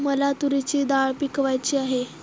मला तूरीची डाळ पिकवायची आहे